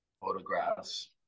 photographs